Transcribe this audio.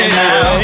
now